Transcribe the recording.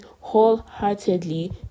wholeheartedly